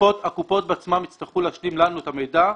הקופות בעצמן יצטרכו להשלים לנו את המידע,